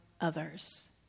others